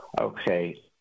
Okay